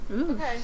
Okay